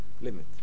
limit